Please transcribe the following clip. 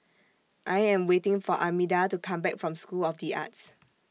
I Am waiting For Armida to Come Back from School of The Arts